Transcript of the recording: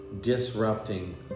disrupting